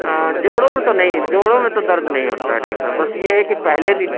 آں جوڑوں میں تو نہیں جوڑوں میں تو درد نہیں ہوتا ہے ڈاکٹر صاحب بس یہ ہے کہ پہلے دن